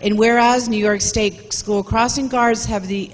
in whereas new york state school crossing guards have the